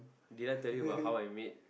did I tell you about how I made